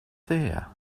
there